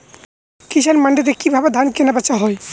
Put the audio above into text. কৃষান মান্ডিতে কি ভাবে ধান কেনাবেচা হয়?